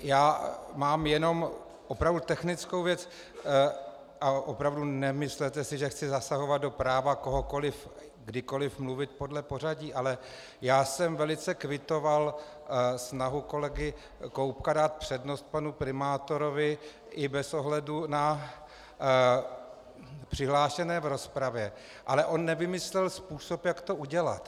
Já mám jenom opravdu technickou věc a opravdu, nemyslete si, že chci zasahovat do práva kohokoliv kdykoliv mluvit podle pořadí, ale já jsem velice kvitoval snahu kolegy Koubka dát přednost panu primátorovi i bez ohledu na přihlášené v rozpravě, ale on nevymyslel způsob, jak to udělat.